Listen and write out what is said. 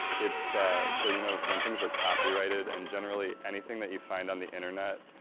it's so you know, when things are copyrighted and generally anything that you find on the internet,